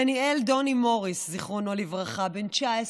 דניאל דוני מוריס, זיכרונו לברכה, בן 19,